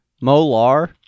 Molar